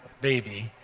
baby